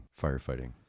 firefighting